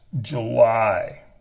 July